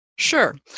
Sure